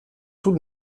tout